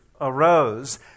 arose